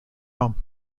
home